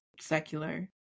secular